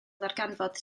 ddarganfod